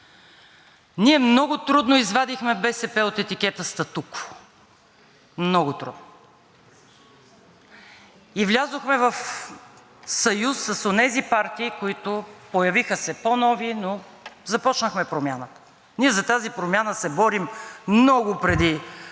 Ние много трудно извадихме БСП от етикета „статукво“. Много трудно! И влязохме в съюз с онези партии, които се появиха – по-нови, но започнахме промяната. Ние за тази промяна се борим, много преди